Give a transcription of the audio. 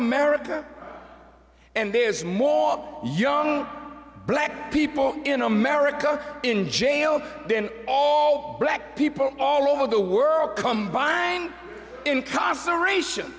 america and there is more young black people in america in jail then all black people all over the world combined in concentration